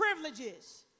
privileges